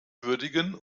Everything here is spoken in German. würdigen